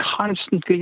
constantly